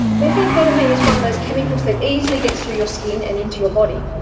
methamphetamine is one of those chemicals that easily gets through your skin and into your body.